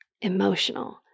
emotional